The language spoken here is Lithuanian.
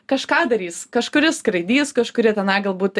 kažką darys kažkuri skraidys kažkur tenai galbūt